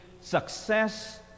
success